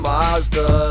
Mazda